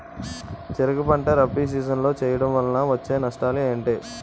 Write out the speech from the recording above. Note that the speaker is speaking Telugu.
చెరుకు పంట రబీ సీజన్ లో వేయటం వల్ల వచ్చే నష్టాలు ఏంటి?